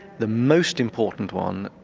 the most important one,